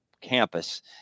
campus